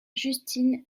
justine